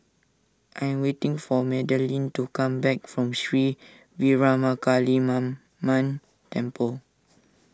I am waiting for Madelyn to come back from Sri Veeramakaliamman Temple